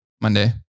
Monday